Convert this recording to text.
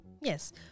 Yes